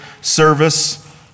service